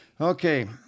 Okay